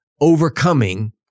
overcoming